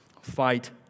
fight